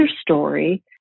story